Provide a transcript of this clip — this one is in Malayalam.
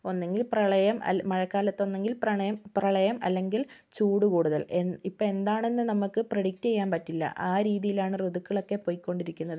ഒന്നെങ്കിൽ പ്രളയം അൽ മഴക്കാലത്തൊന്നെങ്കിൽ പ്രണയം പ്രളയം അല്ലെങ്കിൽ ചൂട് കൂടുതൽ എൻ ഇപ്പോൾ എന്താണെന്ന് നമുക്ക് പ്രെഡിക്റ്റെയ്യാൻ പറ്റില്ല ആ രീതിയിലാണ് ഋതുക്കളൊക്കെ പോയ്കൊണ്ടിരിക്കുന്നത്